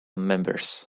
members